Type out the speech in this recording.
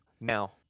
Now